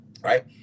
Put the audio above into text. right